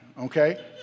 okay